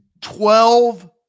twelve